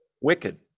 Wicked